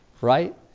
Right